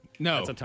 No